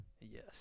Yes